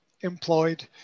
employed